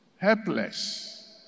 helpless